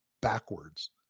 backwards